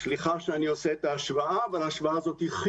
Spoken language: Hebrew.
סליחה שאני עושה את ההשוואה,